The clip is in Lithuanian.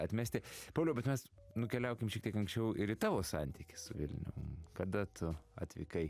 atmesti pauliau bet mes nukeliaukim šiek tiek anksčiau ir į tavo santykį su vilnium kada tu atvykai